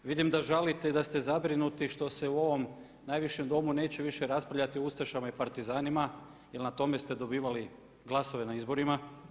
Vidim da žalite i da ste zabrinuti i što se u ovom najvišem Domu neće više raspravljati o ustašama i partizanima jer na tome ste dobivali glasove na izborima.